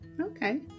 okay